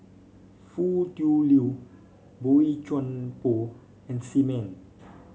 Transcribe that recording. Foo Tui Liew Boey Chuan Poh and Sim Man